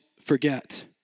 forget